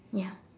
ya